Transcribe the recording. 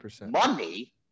money